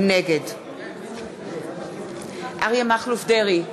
נגד אריה מכלוף דרעי,